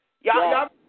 y'all